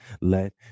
Let